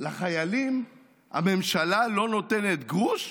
לחיילים הממשלה לא נותנת גרוש.